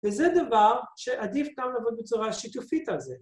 וזה דבר שעדיף גם לעבוד בצורה שיתופית על זה.